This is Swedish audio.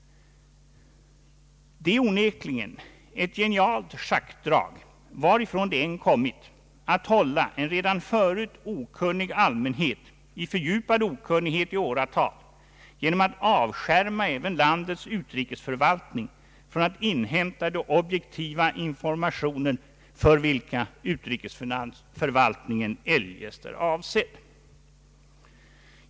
Det är onekligen ett genialt schackdrag, varifrån det än kommit, att hålla en redan förut okunnig allmänhet i fördjupad okunnighet i åratal genom att avskärma även landets utrikesförvaltning från att inhämta de objektiva informationer för vilka utrikesförvaltningen eljest är avsedd.